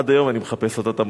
עד היום אני מחפש אותה, את המונית.